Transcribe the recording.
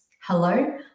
Hello